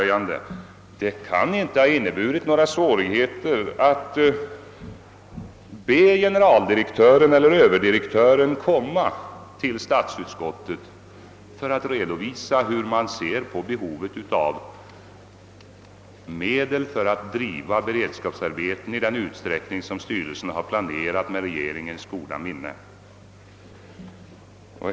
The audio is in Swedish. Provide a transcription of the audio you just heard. Men det hade inte inneburit några svårigheter att be generaldirektören eller överdirektören komma till statsutskottet för att redovisa hur man ser på behovet av medel för att driva beredskapsarbeten i den utsträckning som styrelsen planerat med regeringens goda minne.